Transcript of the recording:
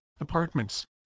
Apartments